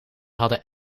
hadden